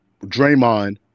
draymond